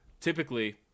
typically